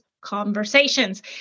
conversations